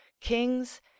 kings